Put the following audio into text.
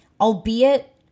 albeit